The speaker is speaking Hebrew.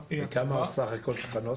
האם בית הסוהר החכם נותן מענה?